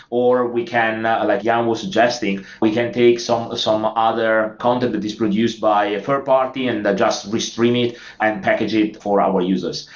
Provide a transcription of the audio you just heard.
or we can like yan was suggesting, we can take some some other content that is produced by a third-party and just re-stream it and package it for our users.